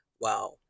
wow